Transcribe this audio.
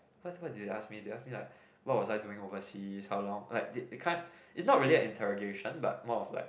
what what did they ask me they ask me like what was I doing oversea how long like that kind it's not really integration but more of like